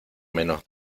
menos